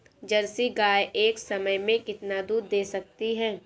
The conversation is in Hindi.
जर्सी गाय एक समय में कितना दूध दे सकती है?